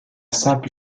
simple